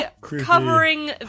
covering